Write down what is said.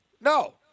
No